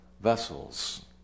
vessels